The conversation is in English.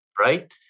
Right